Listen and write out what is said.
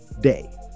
day